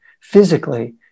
physically